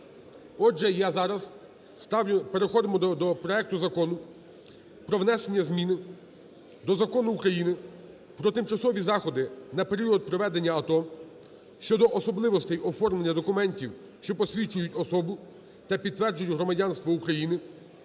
Отже, я зараз ставлю… Переходимо до проекту Закону про зміни до Закону України "Про тимчасові заходи на період проведення АТО" (щодо особливостей оформлення документів, що посвідчують особу та підтверджують громадянство України)